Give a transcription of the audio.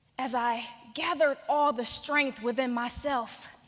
as i gathered all the strength within myself,